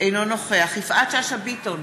אינו נוכח יפעת שאשא ביטון,